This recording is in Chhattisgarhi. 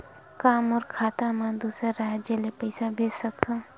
का मोर खाता म दूसरा राज्य ले पईसा भेज सकथव?